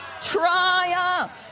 triumph